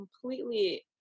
completely